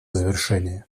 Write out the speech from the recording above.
завершения